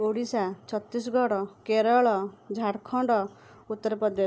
Odisha Chhattisgarh Kerala Jharkhand Uttar Pradesh